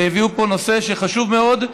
שהביאו פה נושא חשוב מאוד.